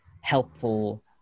helpful